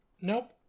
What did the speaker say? nope